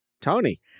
Tony